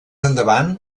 endavant